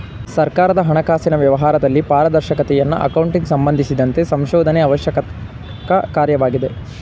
ಸರ್ಕಾರದ ಹಣಕಾಸಿನ ವ್ಯವಹಾರದಲ್ಲಿ ಪಾರದರ್ಶಕತೆಯನ್ನು ಅಕೌಂಟಿಂಗ್ ಸಂಬಂಧಿಸಿದಂತೆ ಸಂಶೋಧನೆ ಅತ್ಯವಶ್ಯಕ ಕಾರ್ಯವಾಗಿದೆ